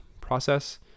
process